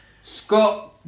Scott